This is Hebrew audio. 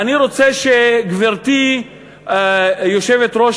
אני רוצה שגברתי יושבת-ראש